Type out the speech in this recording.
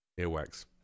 Earwax